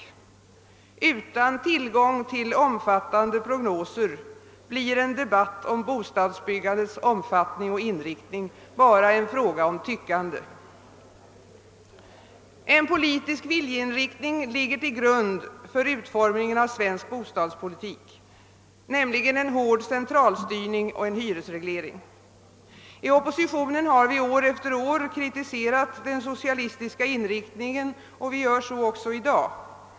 Utan tillgång till omfattande prognoser blir en debatt om bostadsbyggandets omfattning och inriktning bara en fråga om tyckande. En politisk viljeinriktning ligger till grund för utformningen av svensk bostadspolitik, nämligen en hård centralstyrning och en hyresreglering. Inom oppositionen har vi år efter år kritiserat den socialistiska inriktningen och vi gör så även i dag.